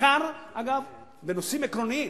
בעיקר בנושאים עקרוניים.